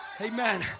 Amen